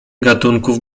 gatunków